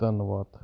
ਧੰਨਵਾਦ